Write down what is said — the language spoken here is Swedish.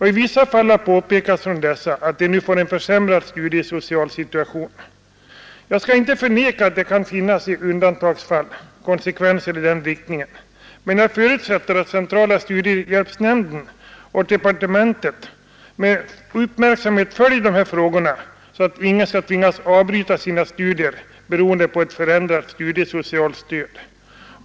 I vissa fall har påpekats från dessa att de nu får en försämrad studiesocial situation. Jag skall inte förneka att det i undantagsfall kan bli konsekvenser i den riktningen, men jag förutsätter att centrala studiehjälpsnämnden och departementet med uppmärksamhet följer de här frågorna så att ingen skall tvingas avbryta sina studier beroende på ett förändrat studiesocialt stöd.